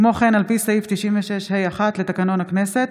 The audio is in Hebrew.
כמו כן, על פי סעיף 96(ה)(1) לתקנון הכנסת,